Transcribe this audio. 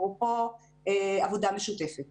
אפרופו עבודה משותפת,